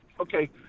Okay